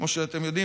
כמו שאתם יודעים,